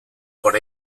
por